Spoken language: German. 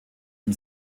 dem